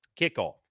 Kickoff